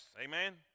Amen